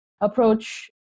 approach